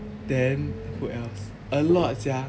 then who else a lot yeah